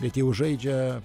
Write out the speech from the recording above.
bet jau žaidžia